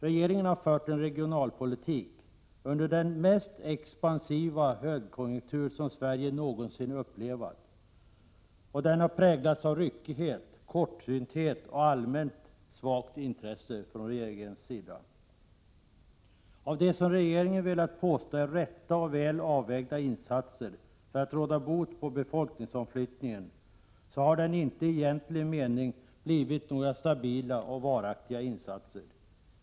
Regeringen har under den mest expansiva högkonjunktur som Sverige någonsin upplevt fört en regionalpolitik, som präglats av ryckighet, kortsynthet och allmänt svagt intresse. Av de som regeringen velat påstå rätta och väl avvägda insatserna för att råda bot på befolkningsomflyttningen har det i egentlig mening inte blivit några stabila och varaktiga insatser.